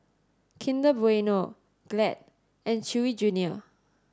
Kinder Bueno Glad and Chewy Junior